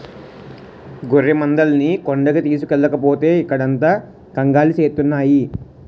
గొర్రెమందల్ని కొండకి తోలుకెల్లకపోతే ఇక్కడంత కంగాలి సేస్తున్నాయి